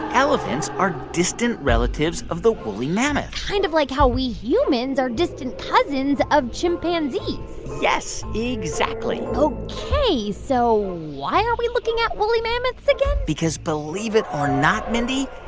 elephants are distant relatives of the woolly mammoth kind of like how we humans are distant cousins of chimpanzees yes, exactly ok, so why are we looking at woolly mammoths again? because believe it or not, mindy,